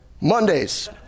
Mondays